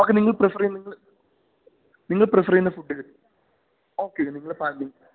okay നിങ്ങള് prefer ചെയ്യുന്നത് നിങ്ങൾ പ്രിഫര് ചെയ്യുന്ന ഫുഡ് കിട്ടും ഓക്കെ ഓക്കെ നിങ്ങള്